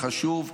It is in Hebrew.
חשוב.